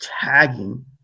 tagging